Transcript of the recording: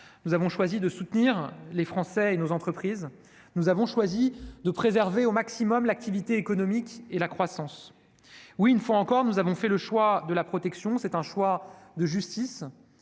Nous avons choisi de soutenir les Français et nos entreprises. Nous avons choisi de préserver au maximum l'activité économique et la croissance. Oui, une fois encore, nous avons fait le choix de la protection : c'est non seulement